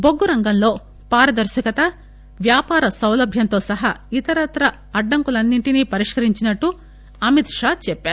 బొగ్గు రంగంలో పారదర్భకత వ్యాపార సౌలభ్యంతో సహా ఇతరత్రా అడ్డంకులన్నింటిని పరిష్కరించినట్టు అమిత్ షా చెప్పారు